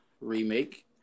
Remake